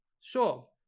Sure